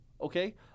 Okay